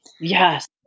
Yes